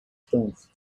stones